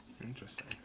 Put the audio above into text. Interesting